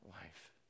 life